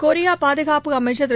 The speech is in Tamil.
கொரியா பாதுகாப்பு அமைச்ச் திரு